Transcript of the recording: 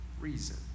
reason